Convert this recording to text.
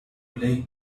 lake